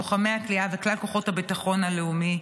לוחמי הכליאה וכלל כוחות הביטחון הלאומי,